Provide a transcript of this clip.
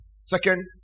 Second